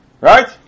Right